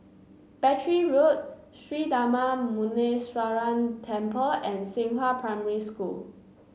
Battery Road Sri Darma Muneeswaran Temple and Xinghua Primary School